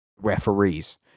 referees